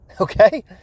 Okay